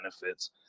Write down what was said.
benefits